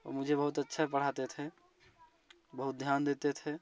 वो मुझे बहुत अच्छा पढ़ाते थे बहुत ध्यान देते थे